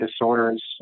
disorders